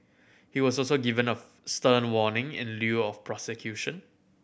he was also given a stern warning in lieu of prosecution